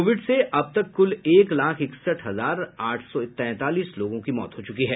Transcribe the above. Covid से अब तक कुल एक लाख इकसठ हजार आठ सौ तैंतालीस लोगों की मौत हो चुकी है